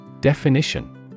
Definition